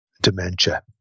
dementia